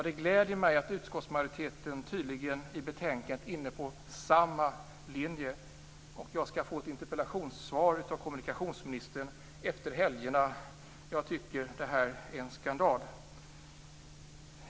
Det gläder mig att utskottsmajoriteten tydligen är inne på samma linje i betänkandet, och jag skall få ett interpellationssvar av kommunikationsministern efter helgerna. Jag tycker att detta är en skandal. Herr talman!